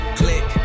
click